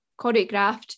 choreographed